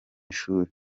ishuri